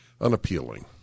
unappealing